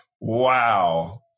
wow